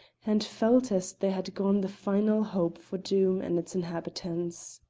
and felt as there had gone the final hope for doom and its inhabitants.